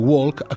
Walk